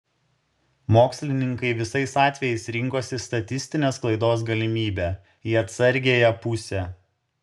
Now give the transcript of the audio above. mokslininkai visais atvejais rinkosi statistinės klaidos galimybę į atsargiąją pusę